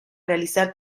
realizar